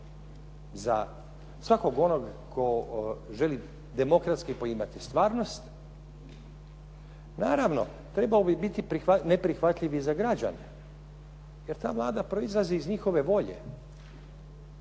za svakog onog tko želi demokratski poimati stvarnost. Naravno trebalo bi biti neprihvatljiv i za građane, jer ta Vlada proizlazi iz njihove volje.